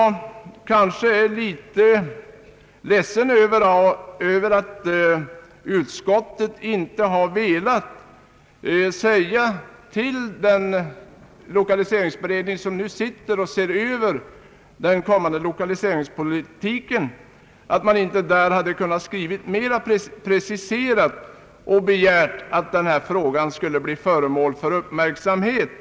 Därför är jag litet ledsen över att utskottet inte har velat säga till den lokaliseringsutredning som nu ser över den kommande lokaliseringspolitiken att den kunde ha skrivit mera preciserat och begärt att denna fråga blir föremål för uppmärksamhet.